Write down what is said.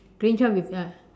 green truck with ah